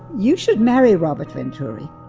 you should marry robert venturi.